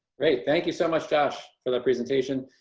great. thank you so much, josh for the presentation,